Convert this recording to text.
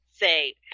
say